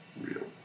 real